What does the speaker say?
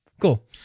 cool